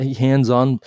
hands-on